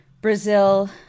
Brazil